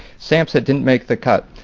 stamps that didn't make the cut.